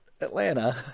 Atlanta